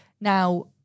now